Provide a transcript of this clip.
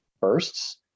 bursts